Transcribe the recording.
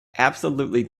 absolutely